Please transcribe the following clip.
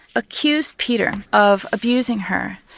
accused peter of abusing her.